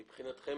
מבחינתכם,